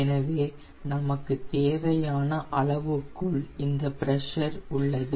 எனவே நமக்கு தேவையான அளவுக்குள் இந்த பிரஷர் உள்ளது